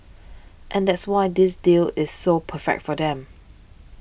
and that's why this deal is so perfect for them